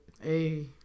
Hey